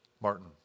Martin